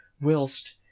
whilst